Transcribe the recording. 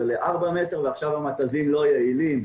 לארבעה מטרים ועכשיו המתזים לא יעילים,